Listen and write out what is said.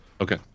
Okay